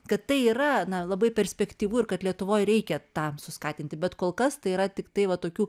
kad tai yra labai perspektyvu ir kad lietuvoj reikia tą suskatinti bet kol kas tai yra tiktai va tokių